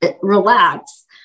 relax